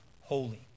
holy